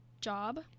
Job